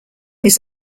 his